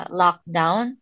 lockdown